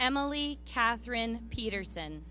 emilie katherine peterson